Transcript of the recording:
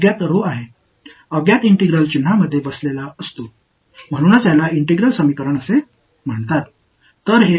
தெரியாதது ஒரு ஒருங்கிணைந்த அடையாளத்திற்குள் அமர்ந்திருக்கிறது அதனால்தான் இது ஒருங்கிணைந்த சமன்பாடு என்று அழைக்கப்படுகிறது